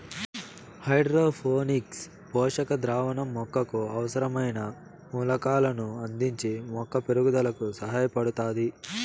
hydroponics పోషక ద్రావణం మొక్కకు అవసరమైన మూలకాలను అందించి మొక్క పెరుగుదలకు సహాయపడుతాది